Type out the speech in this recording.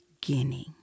beginning